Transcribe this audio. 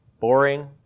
boring